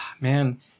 man